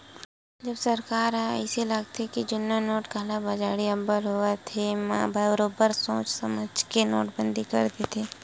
जब सरकार ल अइसे लागथे के जुन्ना नोट के कालाबजारी अब्बड़ होवत हे म बरोबर सोच समझ के नोटबंदी कर देथे